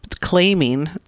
claiming